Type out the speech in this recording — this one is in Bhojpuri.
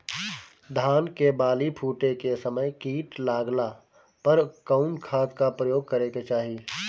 धान के बाली फूटे के समय कीट लागला पर कउन खाद क प्रयोग करे के चाही?